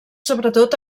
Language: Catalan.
sobretot